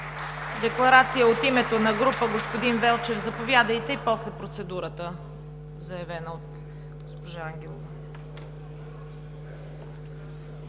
Декларация от името на група – господин Велчев, заповядайте. После процедурата, заявена от госпожа Ангелова.